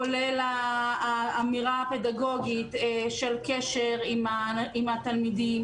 כולל האמירה הפדגוגית של קשר עם התלמידים